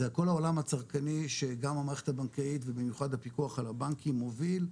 זה כל העולם הצרכני שגם המערכת הבנקאית ובמיוחד הפיקוח על הבנקים מוביל,